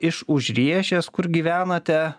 iš už riešės kur gyvenate